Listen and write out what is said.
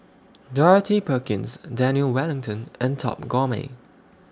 Dorothy Perkins Daniel Wellington and Top Gourmet